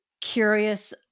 Curious